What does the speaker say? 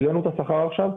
העלינו את השכר עכשיו.